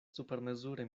supermezure